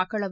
மக்களவை